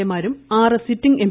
A മാരും ആറ് sitting M